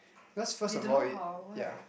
cause first of all it's ya